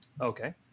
Okay